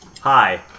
hi